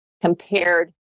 compared